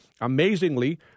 Amazingly